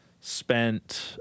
spent